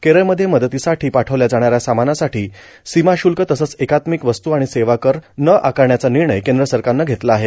केरळमध्ये मदतीसाठी पाठवल्या जाणाऱ्या सामानासाठी सीमा शुल्क तसंच एकात्मिक वस्तू आणि सेवा कर न आकारण्याचा निर्णय केंद्र सरकारनं घेतला आहे